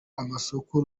amasoko